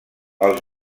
als